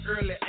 early